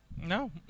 No